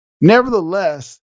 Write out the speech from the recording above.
Nevertheless